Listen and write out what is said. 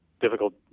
difficult